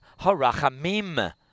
harachamim